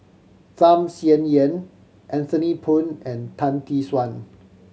Tham Sien Yen Anthony Poon and Tan Tee Suan